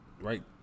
Right